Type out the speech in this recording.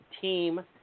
team